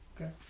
okay